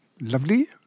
lovely